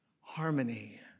harmony